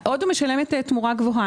הודו משלמת תמורה גבוהה.